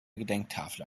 gedenktafel